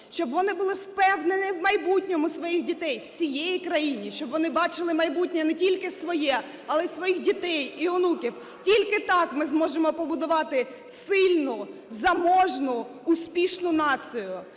щоб вони були впевнені в майбутньому своїх дітей в цій країні, щоб вони бачили майбутнє не тільки своє, але і своїх дітей і онуків. Тільки так ми зможемо побудувати сильну, заможну, успішну націю.